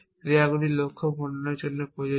ক্রিয়াগুলি লক্ষ্য বর্ণনার জন্য প্রযোজ্য